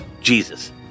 Jesus